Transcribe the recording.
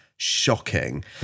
shocking